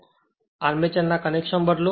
હવે આર્મેચર કનેક્શનને બદલો